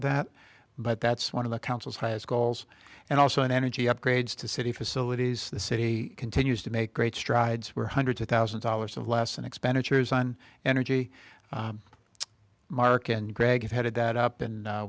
of that but that's one of the council's highest goals and also in energy upgrades to city facilities the city continues to make great strides where hundreds of thousand dollars of less than expenditures on energy mark and greg headed that up and